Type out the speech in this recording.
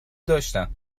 داشتم